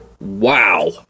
Wow